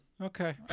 Okay